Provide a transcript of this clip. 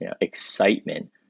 excitement